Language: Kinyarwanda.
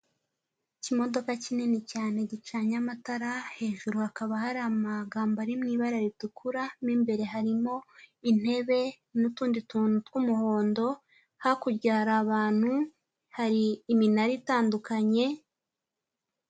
Ikimodoka kinini cyane gicanye amatara hejuru hakaba hari amagambo ari mu ibara ritukura, mu imbere harimo intebe n'utundi tuntu tw'umuhondo hakurya hari abantu, hari iminara itandukanye.